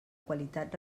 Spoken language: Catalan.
qualitat